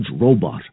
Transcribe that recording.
robot